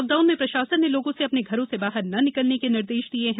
lockdown में प्रशासन ने लोगों से अपने घरों से बाहर न निकलने के निर्देश दिये हैं